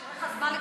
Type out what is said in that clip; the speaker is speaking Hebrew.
שיהיה לך זמן,